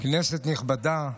כנסת נכבדה,